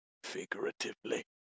figuratively